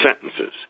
sentences